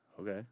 okay